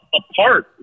apart